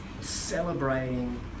Celebrating